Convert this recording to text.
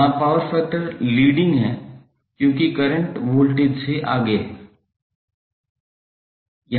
यहां power factor leading है क्योंकि करंट वोल्टेज से आगे है